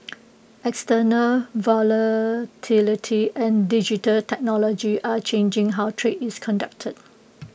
external volatility and digital technology are changing how trade is conducted